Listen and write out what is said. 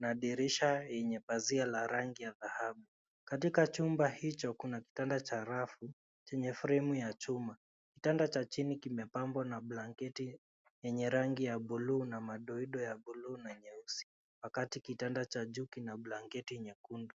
na dirisha yenye pazia la rangi ya dhahabu. Katika chumba hicho kuna kitanda cha rafu, chenye fremu ya chuma, kitanda cha chini kimepambwa na blanketi yenye rangi ya buluu na madoido ya buluu na nyeusi, wakati kitanda cha juu kina blanketi nyekundu.